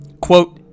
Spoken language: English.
quote